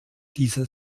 dieser